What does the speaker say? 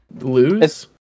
Lose